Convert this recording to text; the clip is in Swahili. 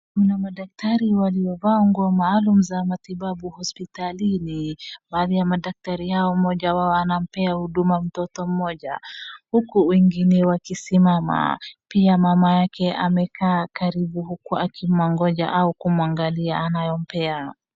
Kuna madaktari waliovaa nguo maalumu za matibabu hospitalini. Baadhi ya madktari hao mmoja wao anampea huduma mtoto mmoja uku wengine wakisimama. Pia mama yake amekaa karibu uku akimngoja au akimuangalia anayompea.